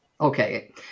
Okay